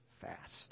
fast